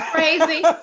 crazy